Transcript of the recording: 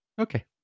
Okay